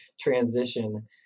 transition